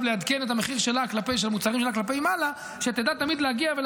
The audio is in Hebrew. לעדכן את המחירים שלה כלפי מעלה ותדע תמיד להגיע לפה,